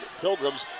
Pilgrims